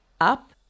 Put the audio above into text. up